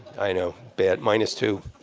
i know. bad minus two.